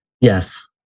yes